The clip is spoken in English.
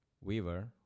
weaver